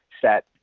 set